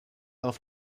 auf